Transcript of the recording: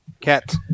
Cat